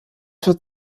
führt